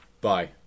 Bye